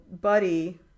Buddy